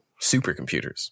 supercomputers